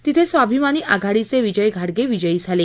तिथे स्वाभीमानी आघाडीचे विजय घाडगे विजयी झाले